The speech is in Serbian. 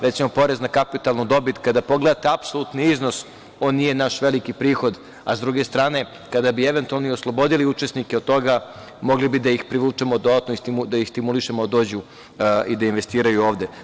Recimo, porez na kapitalnu dobit, kada pogledate apsolutni iznos, on nije naš veliki prihod, a s druge strane, kada bi eventualno oslobodili učesnike od toga, mogli bi da ih privučemo dodatno i da ih stimulišemo da dođu i da investiraju ovde.